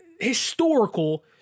historical